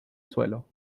suelo